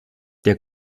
der